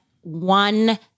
one